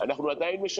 אני לא חסיד צ'רצ'יל,